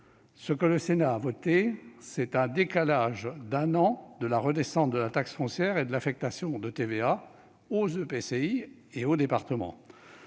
ce que le Sénat a voté, c'est un décalage d'un an de la redescente de la taxe foncière et de l'affectation de TVA aux établissements